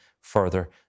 further